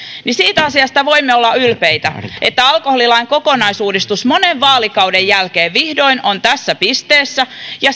sillä siitä asiasta voimme olla ylpeitä että alkoholilain kokonaisuudistus monen vaalikauden jälkeen vihdoin on tässä pisteessä ja